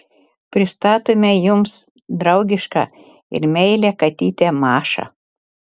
pristatome jums draugišką ir meilią katytę mašą